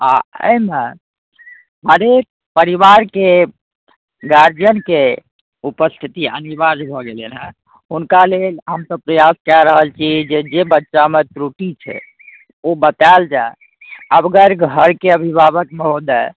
आओर ओहिमे हरेक परिवारके गार्जिअनके उपस्थिति अनिवार्य भऽ गेल हँ हुनकालेल हमसब प्रयास कऽ रहल छी कि जे बच्चामे त्रुटि छै ओ बताएल जाइ हर घरके अभिभावक महोदय